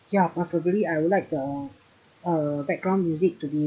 ya preferably I would like the uh background music to be